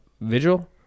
Vigil